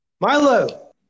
Milo